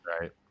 right